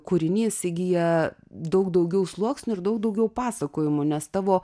kūrinys įgyja daug daugiau sluoksnių ir daug daugiau pasakojimų nes tavo